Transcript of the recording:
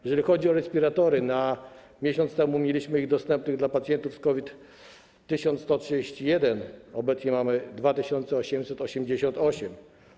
Jeżeli chodzi o respiratory, to miesiąc temu mieliśmy ich dostępnych dla pacjentów z COVID 1131, obecnie mamy 2888.